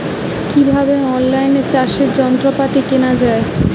কিভাবে অন লাইনে চাষের যন্ত্রপাতি কেনা য়ায়?